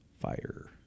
fire